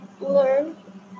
learn